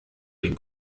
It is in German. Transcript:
den